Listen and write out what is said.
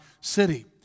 city